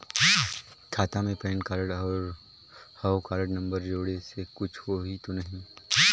खाता मे PAN card और हव कारड नंबर जोड़े से कुछ होही तो नइ?